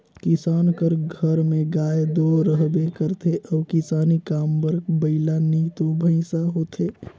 किसान कर घर में गाय दो रहबे करथे अउ किसानी काम बर बइला नी तो भंइसा होथे